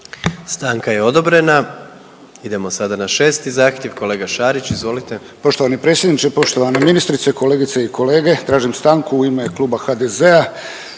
Stanka je odobrena. Idemo sada na 6. zahtjev, kolega Šarić, izvolite.